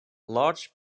large